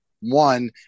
one